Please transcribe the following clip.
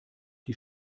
die